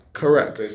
correct